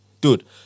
dude